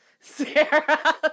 Sarah